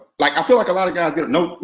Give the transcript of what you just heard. like i feel like a lot of guys you know